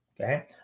okay